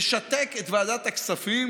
לשתק את ועדת הכספים,